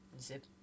zip